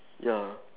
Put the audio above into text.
ya